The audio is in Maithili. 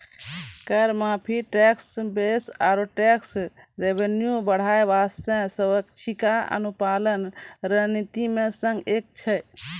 कर माफी, टैक्स बेस आरो टैक्स रेवेन्यू बढ़ाय बासतें स्वैछिका अनुपालन रणनीति मे सं एक छै